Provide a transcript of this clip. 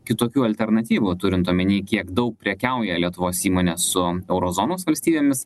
kitokių alternatyvų turint omeny kiek daug prekiauja lietuvos įmonė su euro zonos valstybėmis